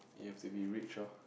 you have to be rich lor